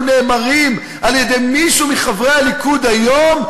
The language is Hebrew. נאמרים על-ידי מישהו מחברי הליכוד היום,